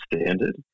standard